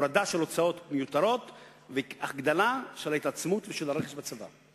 הורדה של הוצאות מיותרות והגדלה של ההתעצמות ושל הרכש בצבא.